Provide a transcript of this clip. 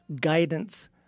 guidance